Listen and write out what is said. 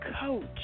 coach